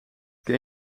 ken